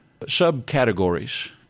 subcategories